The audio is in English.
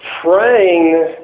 Praying